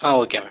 ah okay ma'am